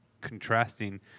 contrasting